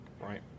right